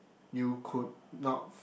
you could not